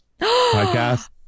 podcast